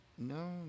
No